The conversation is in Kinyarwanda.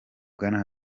bwana